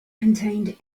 contained